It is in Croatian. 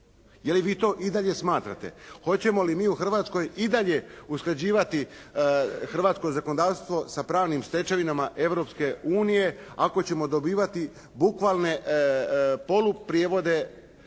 Je li vi to i dalje smatrate? Hoćemo li mi u Hrvatskoj i dalje usklađivati hrvatsko zakonodavstvo sa pravnim stečevinama Europske unije ako ćemo dobivati bukvalne poluprijevode direktiva